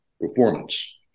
performance